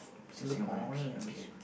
Singaporeans